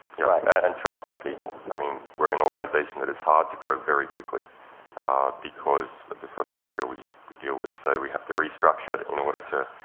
yeah, and trusted people. i mean, we're an organization that is hard to grow very quickly because of the sort of material we we deal with, so we have to restructure in order to